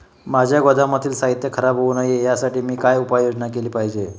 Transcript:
माझ्या गोदामातील साहित्य खराब होऊ नये यासाठी मी काय उपाय योजना केली पाहिजे?